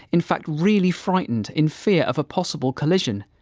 in fact really frightened, in fear of a possible collision.